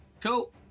Cool